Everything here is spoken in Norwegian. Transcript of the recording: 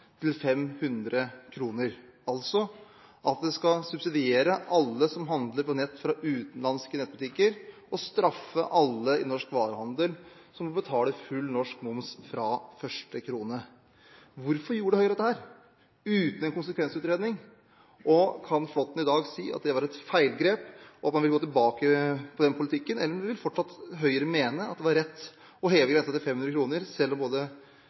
til 500 kr – altså subsidierer man alle som handler på nett på utenlandske nettbutikker og straffer alle i norsk varehandel, som må betale full norsk moms fra første krone. Hvorfor gjorde Høyre dette uten en konsekvensutredning? Kan Flåtten i dag si at det var et feilgrep, og at man vil gå tilbake på den politikken, eller vil Høyre fortsatt mene at det var rett å heve grensen til 500 kr, selv om både